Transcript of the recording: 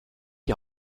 die